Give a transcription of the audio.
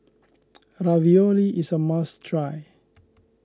Ravioli is a must try